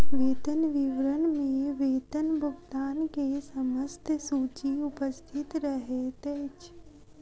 वेतन विवरण में वेतन भुगतान के समस्त सूचि उपस्थित रहैत अछि